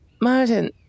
Martin